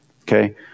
Okay